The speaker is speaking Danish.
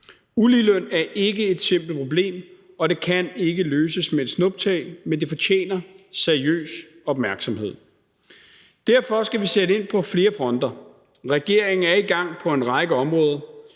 Uligeløn er ikke et simpelt problem, og det kan ikke løses med et snuptag, men det fortjener seriøs opmærksomhed. Derfor skal vi sætte ind på flere fronter. Regeringen er i gang på en række områder.